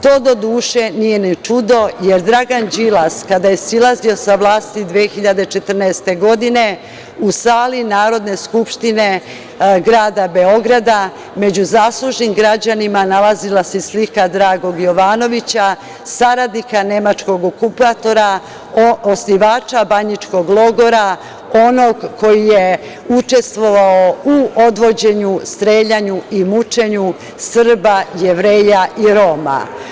To nije ni čudo, jer Dragan Đilas kada je silazio sa vlasti 2014. godine, u sali Narodne skupštine grada Beograda, među zaslužnim građanima nalazila se slika Dragog Jovanovića, saradnika nemačkog okupatora, osnivača banjičkog logora, koji je učestvovao u odvođenju, streljanju i mučenju Srba, Jevreja i Roma.